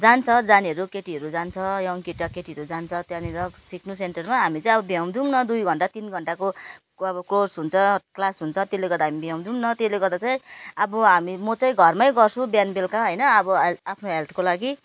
जान्छ जानेहरू केटीहरू जान्छ यङ्ग केटाकेटीहरू जान्छ त्यहाँनेर सिक्नु सेन्टरमा हामी चाहिँ अब भ्याउँदैनौँ न दुई घन्टा तिन घन्टाको अब कोर्स हुन्छ क्लास हुन्छ त्यसले गर्दा हामी भ्याउँदैनौँ न त्यसले गर्दा चाहिँ अब हामी म चाहिँ घरमा गर्छु बिहान बेलुका होइन अब आफ्नो हेल्थको लागि